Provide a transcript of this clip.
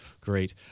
great